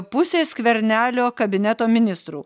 pusė skvernelio kabineto ministrų